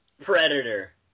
Predator